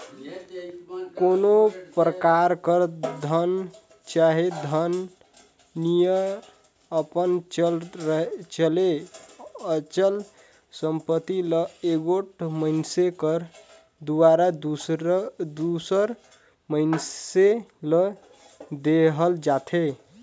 कोनो परकार कर धन चहे धन नियर अपन चल चहे अचल संपत्ति ल एगोट मइनसे कर दुवारा दूसर मइनसे ल देहल जाथे